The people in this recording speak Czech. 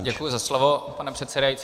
Děkuji za slovo, pane předsedající.